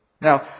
Now